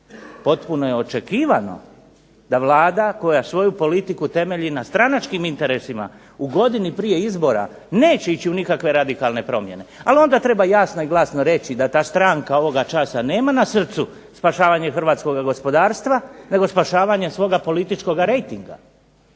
Potpuno je očekivano da Vlada koja svoju politiku temelji na stranačkim interesima u godini prije izbora neće ići u nikakve radikalne promjene. Ali onda treba jasno i glasno reći da ta stranka ovoga časa nema na srcu spašavanje hrvatskoga gospodarstva nego spašavanje svoga političkoga rejtinga.